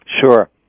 Sure